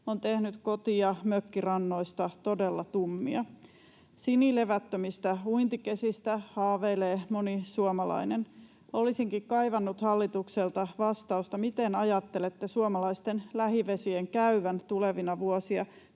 on tehnyt koti- ja mökkirannoista todella tummia. Sinilevättömistä uintikesistä haaveilee moni suomalainen. Olisinkin kaivannut hallitukselta vastausta, miten ajattelette suomalaisten lähivesien käyvän tulevina vuosina,